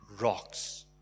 rocks